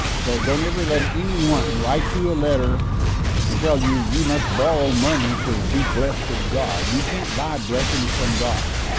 so don't ever let anyone write you a letter and tell you, you must borrow money to be blessed of god. you can't buy blessings from god.